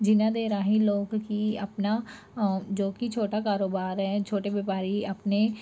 ਜਿਨਾਂ ਦੇ ਰਾਹੀਂ ਲੋਕ ਕੀ ਆਪਣਾ ਜੋ ਕੀ ਛੋਟਾ ਕਾਰੋਬਾਰ ਹੈ ਛੋਟੇ ਵਪਾਰੀ ਆਪਣੇ